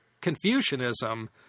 Confucianism